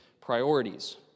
priorities